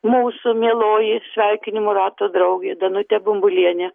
mūsų mieloji sveikinimų rato draugė danutė bumbulienė